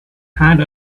had